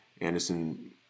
Anderson